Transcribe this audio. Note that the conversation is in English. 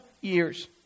years